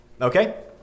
Okay